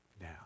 now